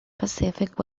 pacific